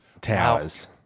towers